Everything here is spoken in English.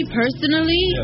personally